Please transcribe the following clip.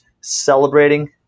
celebrating